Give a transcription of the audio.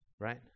Right